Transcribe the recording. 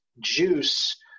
juice